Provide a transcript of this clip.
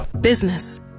Business